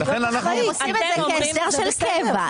לכן אנחנו --- הם עושים את זה כהסדר של קבע,